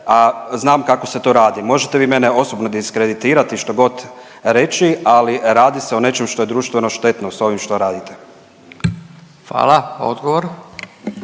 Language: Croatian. a znam kako se to radi. Možete vi mene osobno diskreditirati i što god reći ali radi se o nečemu što je društveno štetno s ovim što radite. **Radin,